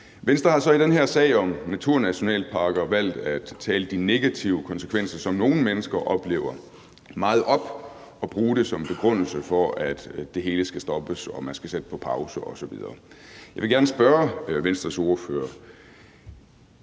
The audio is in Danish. Venstre har så i den her sag om naturnationalparker valgt at tale de negative konsekvenser, som nogle mennesker oplever, meget op og bruge det som begrundelse for, at det hele skal stoppes og man skal sætte det på pause osv. Jeg vil gerne spørge Venstres ordfører: